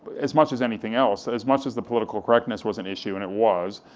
as much as anything else, as much as the political correctness was an issue, and it was,